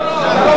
מאה אחוז.